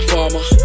Farmer